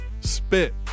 Spit